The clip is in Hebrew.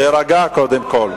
תירגע, קודם כול.